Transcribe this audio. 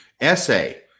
essay